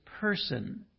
person